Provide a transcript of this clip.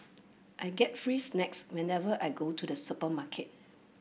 I get free snacks whenever I go to the supermarket